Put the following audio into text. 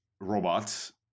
robots